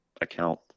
account